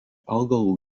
augalų